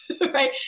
right